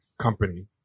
company